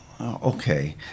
okay